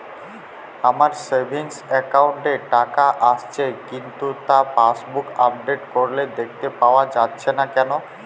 আমার savings account এ টাকা আসছে কিন্তু তা পাসবুক আপডেট করলে দেখতে পাওয়া যাচ্ছে না কেন?